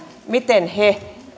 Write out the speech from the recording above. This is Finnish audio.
miten he